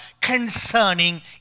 concerning